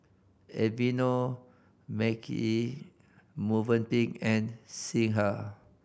Aveeno Marche Movenpick and Singha